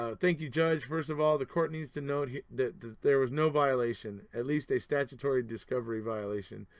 ah thank you judge first of all, the court needs to note that there was no violation, at least a statutory discovery violation.